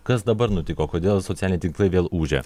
kas dabar nutiko kodėl socialiniai tinklai vėl ūžia